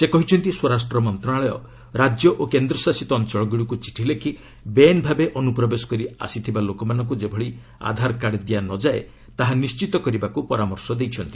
ସେ କହିଛନ୍ତି ସ୍ୱରାଷ୍ଟ ମନ୍ତ୍ରଣାଳୟ ରାଜ୍ୟ ଓ କେନ୍ଦଶାସିତ ଅଞ୍ଚଳଗ୍ରଡିକ୍ ଚିଠି ଲେଖ ବେଆଇନ ଭାବେ ଅନୁପ୍ରବେଶ କରି ଆସିଥିବା ଲୋକମାନଙ୍କୁ ଯେଭଳି ଆଧାର କାର୍ଡ଼ ଦିଆ ନ ଯାଏ ତାହା ନିର୍ଚ୍ଚିତ କରିବାକୁ ପରାମର୍ଶ ଦେଇଛନ୍ତି